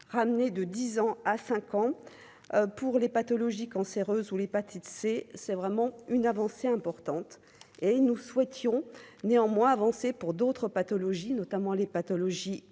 ramené de 10 ans à 5 ans pour les pathologies cancéreuses ou l'hépatite C, c'est vraiment une avancée importante et nous souhaitions néanmoins avancé pour d'autres pathologies, notamment les pathologies